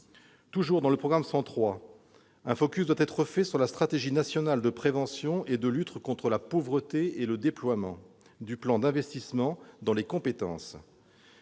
À propos de ce programme, encore, il faut mettre l'accent sur la stratégie nationale de prévention et de lutte contre la pauvreté et sur le déploiement du plan d'investissement dans les compétences.